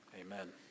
amen